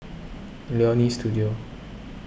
Leonie Studio